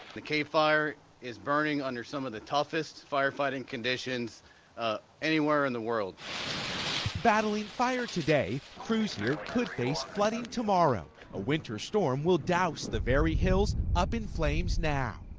the cave fire is burning under some of the toughest firefighting conditions anywhere in the world. reporter battling fire today, crews here could face flooding tomorrow a winter storm will douse the very hill up in flames now.